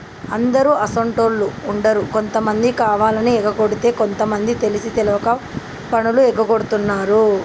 అందరు అసోంటోళ్ళు ఉండరు కొంతమంది కావాలని ఎగకొడితే కొంత మంది తెలిసి తెలవక పన్నులు ఎగగొడుతున్నారు